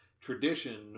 tradition